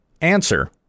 Answer